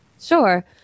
Sure